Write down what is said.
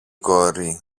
κόρη